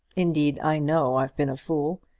indeed, i know i've been a fool.